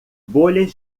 bolhas